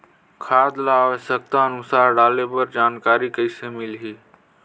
खाद ल आवश्यकता अनुसार डाले बर जानकारी कइसे मिलही?